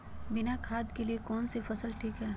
बिना खाद के लिए कौन सी फसल ठीक है?